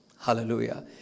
Hallelujah